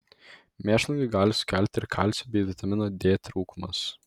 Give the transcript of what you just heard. mėšlungį gali sukelti ir kalcio bei vitamino d trūkumas